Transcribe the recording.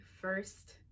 first